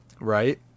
Right